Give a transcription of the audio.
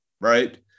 right